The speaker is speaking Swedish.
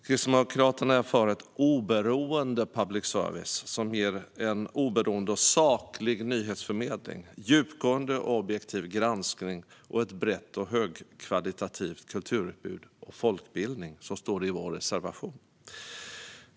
"Kristdemokraterna är för ett oberoende public service som kan tillhandahålla oberoende och saklig nyhetsförmedling, djupgående och objektiv granskning samt ett brett och högkvalitativt kulturutbud och folkbildning", som det står i vår motion.